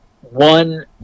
one